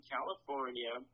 California